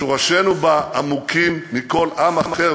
שורשינו בה עמוקים משל כל עם אחר,